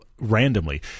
randomly